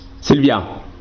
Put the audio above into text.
Sylvia